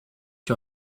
you